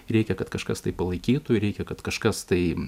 reikia kad kažkas tai palaikytų reikia kad kažkas tai